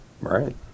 Right